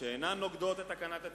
שאינן נוגדות את תקנת הציבור,